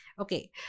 okay